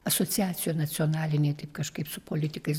asociacijoj nacionalinėj taip kažkaip su politikais